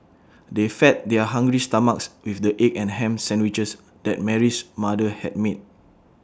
they fed their hungry stomachs with the egg and Ham Sandwiches that Mary's mother had made